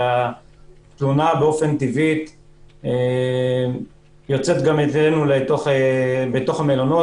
ובאופן טבעי התלונות יוצאות גם בתוך המלונות